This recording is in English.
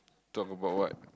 talk about what